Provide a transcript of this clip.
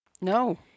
No